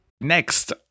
Next